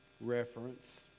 reference